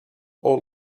all